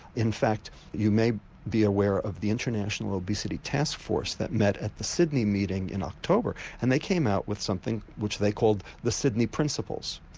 in fact you may be aware of the international obesity task force that met at the sydney meeting in october and they came out with something which they called the sydney principles.